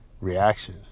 reaction